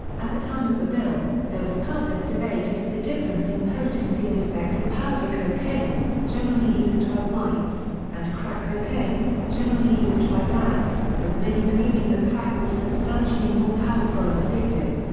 at the time of the bill, there was public debate as to the difference in potency and effect of powder cocaine, generally used by whites, and crack cocaine, generally used by blacks, with many believing that crack was substantially more powerful and addictive.